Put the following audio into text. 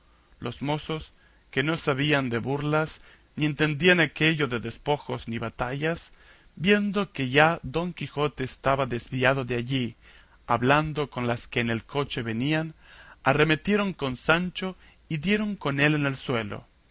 los mozos que no sabían de burlas ni entendían aquello de despojos ni batallas viendo que ya don quijote estaba desviado de allí hablando con las que en el coche venían arremetieron con sancho y dieron con él en el suelo